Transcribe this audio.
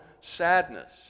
sadness